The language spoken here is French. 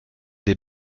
des